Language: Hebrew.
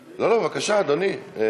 ואם, בבקשה, אדוני.